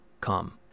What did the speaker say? come